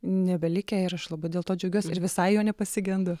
nebelikę ir aš labai dėl to džiaugiuosi ir visai jo nepasigendu